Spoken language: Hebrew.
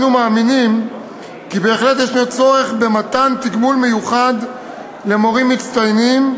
אנו מאמינים כי בהחלט יש צורך במתן תגמול מיוחד למורים מצטיינים,